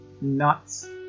nuts